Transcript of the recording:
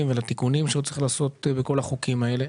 ולתיקונים שעוד צריך לעשות בכל החוקים האלה.